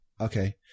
Okay